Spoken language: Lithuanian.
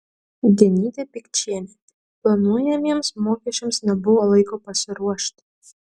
genytė pikčienė planuojamiems mokesčiams nebuvo laiko pasiruošti